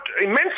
immense